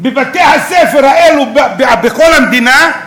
בבתי-הספר האלה בכל המדינה,